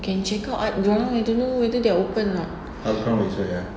can check out art ground yang dulu whether they are open or not